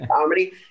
comedy